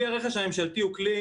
כלי הרכש הממשלתי הוא מאוד